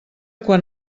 quan